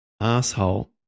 asshole